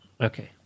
Okay